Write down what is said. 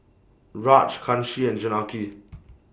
Raj Kanshi and Janaki